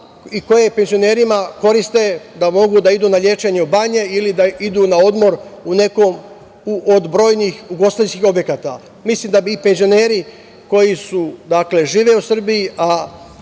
i koji penzionerima koriste da mogu da idu na lečenje u banje ili da idu na odmor u neke od brojnih ugostiteljskih objekata. Mislim da bi i penzioneri koji žive u Srbiji